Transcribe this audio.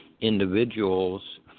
individuals